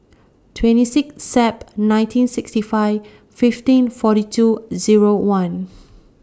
twenty six Sep nineteen sixty five fifteen forty two Zero one